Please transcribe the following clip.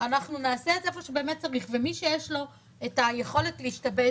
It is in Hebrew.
אנחנו נעשה את זה איפה שבאמת צריך ומי שיש לו את היכולת להשתבץ